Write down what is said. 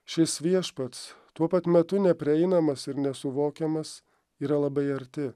šis viešpats tuo pat metu neprieinamas ir nesuvokiamas yra labai arti